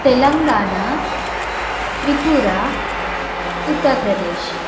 Telangana Tripura Uttar Pradesh